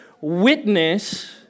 witness